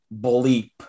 bleep